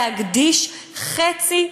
להקדיש חצי,